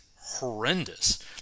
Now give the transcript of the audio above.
horrendous